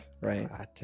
right